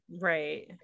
Right